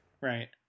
right